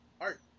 Art